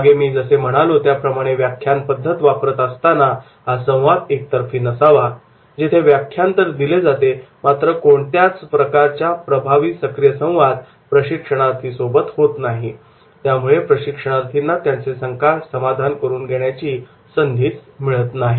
मागे मी जसे म्हणालो त्याप्रमाणे व्याख्यान पद्धत वापरत असताना हा संवाद एक तर्फी नसावा जिथे व्याख्यान तर दिले जाते मात्र कोणत्याच प्रकारचा प्रभावी सक्रीय संवाद प्रशिक्षणार्थी सोबत होत नाही त्यामुळे प्रशिक्षणार्थींना त्यांचे शंकासमाधान करून घेण्याची संधी मिळत नाही